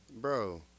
Bro